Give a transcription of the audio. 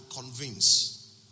convince